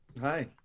hi